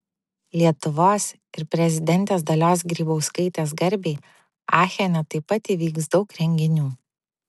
lietuvos ir prezidentės dalios grybauskaitės garbei achene taip pat įvyks daug renginių